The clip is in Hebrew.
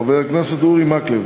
חבר הכנסת אורי מקלב,